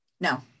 No